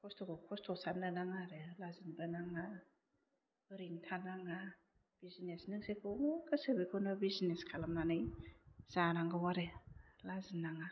खस्थखौ खस्थ' सान्नो नाङा आरो लाजिनोबो नाङा ओरैनो थानाङा बिजनेज नों जेखौ गोसो बेखौनो बिजनेज खालामनानै जानांगौ आरो लाजिनाङा